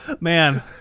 Man